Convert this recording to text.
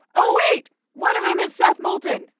oh, wait one of them is seth moulton,